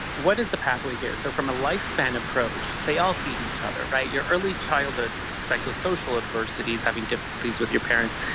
what is the pathway here? so from a lifespan approach they all feed each other. your early childhood psychosocial adversity is having difficulties with your parents.